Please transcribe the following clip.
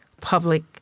public